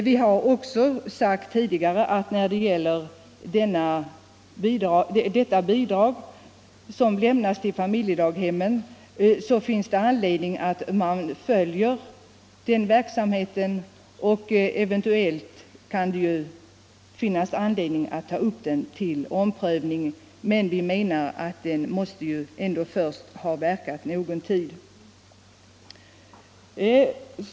Vi har tidigare sagt att när det gäller detta bidrag till familjedaghemmen finns det anledning att följa verksamheten och att det eventuellt kan finnas anledning att ta upp den till omprövning, men vi menar att den ändå först måste ha pågått någon tid.